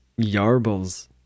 Yarbles